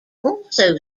also